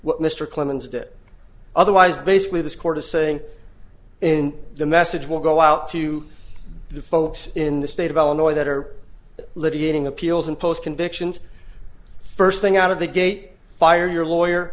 what mr clemens did otherwise basically this court is saying and the message will go out to the folks in the state of illinois that are litigating appeals and post convictions first thing out of the gate fire your lawyer